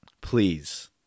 please